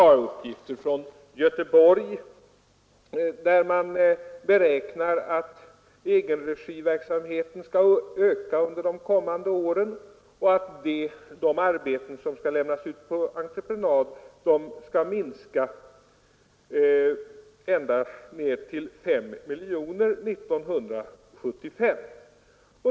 Jag har uppgifter från Göteborg, där man beräknar att egenregiverksamheten skall öka under de kommande åren och att de arbeten som skall lämnas ut på entreprenad skall minska ända ned till 5 miljoner kronor 1975.